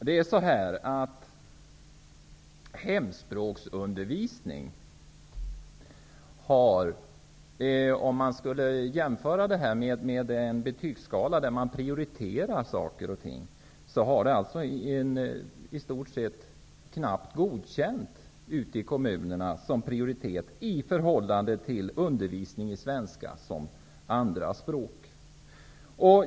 Det gäller att vara rätt underrättad. På en betygsskala över hur man prioriterar saker och ting får hemspråksundervisningen knappt godkänt ute i kommunerna, i förhållande till undervisning i svenska som andra språk.